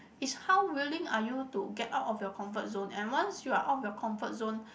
is how willing are you to get out of your comfort zone and once you're out of your comfort zone